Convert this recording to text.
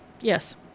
Yes